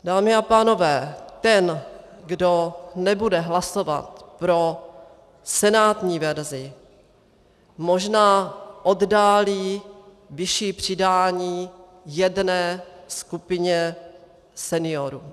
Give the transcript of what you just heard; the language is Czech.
Dámy a pánové, ten, kdo nebude hlasovat pro senátní verzi, možná oddálí vyšší přidání jedné skupině seniorů.